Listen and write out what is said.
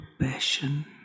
passion